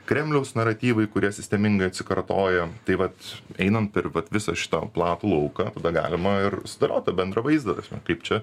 kremliaus naratyvai kurie sistemingai atsikartoja tai vat einam per visą šitą platų lauką tada galima ir sudėlioti bendrą vaizdą kaip čia